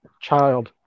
child